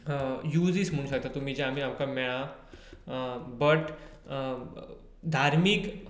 uses म्हणू शकता तुमी जे आमी आमकां मेळ्ळा बट धार्मिक